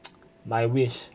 I wish